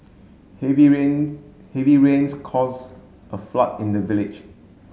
heavy rains heavy rains cause a flood in the village